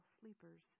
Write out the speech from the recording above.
sleepers